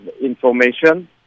information